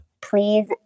Please